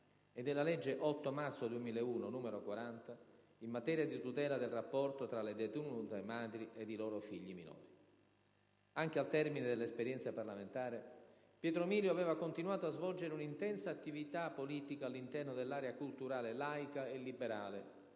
e della legge 8 marzo 2001, n. 40, in materia di tutela del rapporto tra le detenuti madri ed i loro figli minori. Anche al termine dell'esperienza parlamentare, Pietro Milio aveva continuato a svolgere un'intensa attività politica all'interno dell'area culturale laica e liberale,